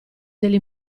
degli